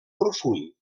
profund